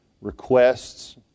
requests